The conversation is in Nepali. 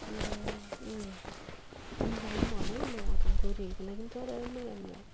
तिमीले पनि भन है मगाउँछौ भने छोरीहरूको लागि पनि छ त राम्रो राम्रो